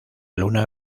luna